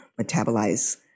metabolize